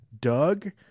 Doug